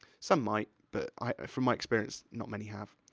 some might, but, i, from my experience, not many have.